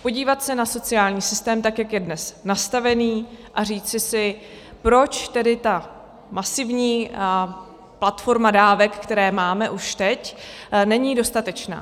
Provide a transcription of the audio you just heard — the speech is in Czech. Podívat se na sociální systém, tak jak je dnes nastavený, a říci si, proč masivní platforma dávek, které máme už teď, není dostatečná.